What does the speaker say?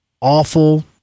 awful